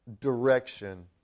direction